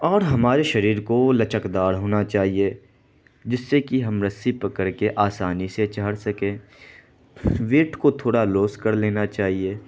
اور ہمارے شریر کو وہ لچکدار ہونا چاہیے جس سے کہ ہم رسی پکر کے آسانی سے چڑھ سکیں ویٹ کو تھوڑا لوس کر لینا چاہیے